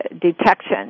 detection